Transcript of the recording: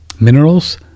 minerals